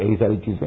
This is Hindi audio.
यही सारी चीजें